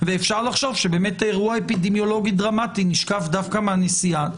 ואפשר לחשוב שבאמת אירוע אפידמיולוגי דרמטי נשקף דווקא מהנסיעה.